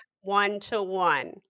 one-to-one